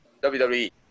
WWE